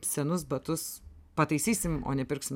senus batus pataisysim o ne pirksim